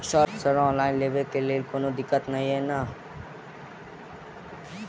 Sir online लैल कोनो दिक्कत न ई नै?